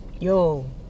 Yo